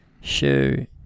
shoe